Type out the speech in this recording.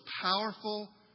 powerful